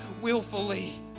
willfully